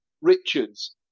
Richards